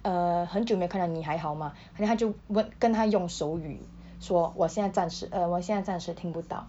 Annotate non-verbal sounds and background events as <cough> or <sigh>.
err 很久没有看到你还好吗 <breath> then 她就问跟他用手语说我现在暂时 uh 我现在暂时听不到